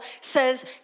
says